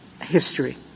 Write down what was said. history